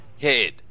head